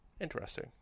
Interesting